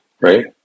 Right